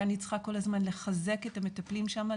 שאני צריכה כל הזמן לחזק את המטפלים שם,